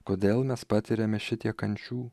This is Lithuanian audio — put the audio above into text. kodėl mes patiriame šitiek kančių